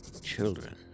children